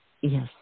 Yes